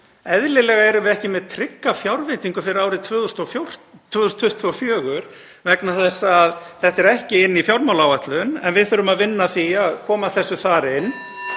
Eðlilega erum við ekki með trygga fjárveitingu fyrir árið 2024 vegna þess að hún er ekki inni í fjármálaáætlun. En við þurfum að vinna að því að koma þessu þar inn.